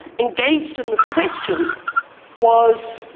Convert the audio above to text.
engaged in this question was